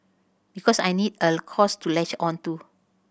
because I need a cause to latch on to